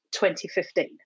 2015